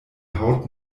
haut